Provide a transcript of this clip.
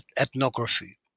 Ethnography